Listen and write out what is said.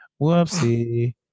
whoopsie